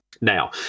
Now